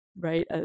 Right